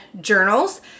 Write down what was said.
journals